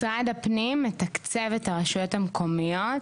משרד הפנים מתקצב את הרשויות המקומיות